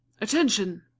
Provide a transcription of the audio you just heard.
Attention